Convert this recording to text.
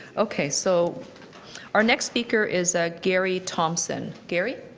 okay so our next speaker is ah gary thompson. gary.